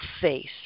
face